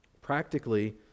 Practically